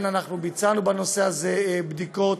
ביצענו בנושא הזה בדיקות,